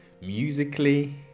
musically